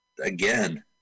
Again